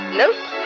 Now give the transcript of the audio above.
nope